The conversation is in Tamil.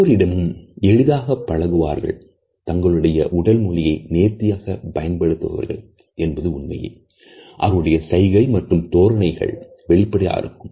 எல்லோரிடமும் எளிதாக பழகுவார்கள் தங்களுடைய உடல் மொழியை நேர்த்தியாக பயன்படுத்துவார்கள் என்பது உண்மையே அவர்களுடைய சைகை மற்றும் தோரணைகள் வெளிப்படையாக இருக்கும்